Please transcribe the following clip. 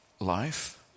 life